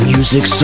Music